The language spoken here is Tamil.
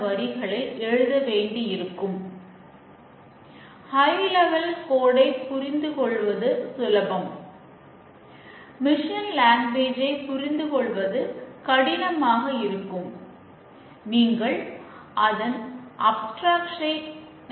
நாம் எந்தத் தோல்வியையும் கண்டறியாத போது இதை நிறுத்தலாம்